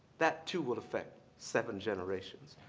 that too will affect seven generations.